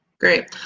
Great